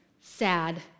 sad